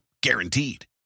Guaranteed